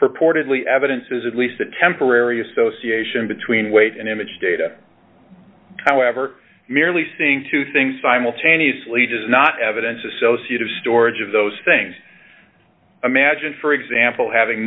purportedly evidence is at least a temporary association between weight and image data however merely saying two things simultaneously does not evidence associate of storage of those things imagine for example having